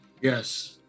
yes